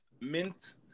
mint